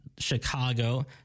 Chicago